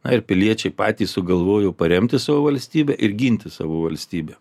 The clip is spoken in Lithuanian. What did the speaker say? ar piliečiai patys sugalvojo paremti savo valstybę ir ginti savo valstybę